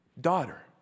Daughter